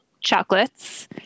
chocolates